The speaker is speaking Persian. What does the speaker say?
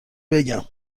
بگم